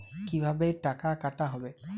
কিভাবে টাকা কাটা হবে?